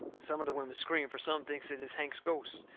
some of the women scream, for some thinks it is hank's ghost.